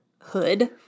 hood